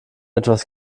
etwas